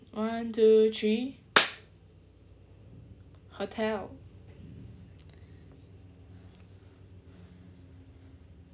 one two three hotel